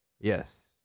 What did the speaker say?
Yes